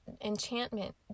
enchantment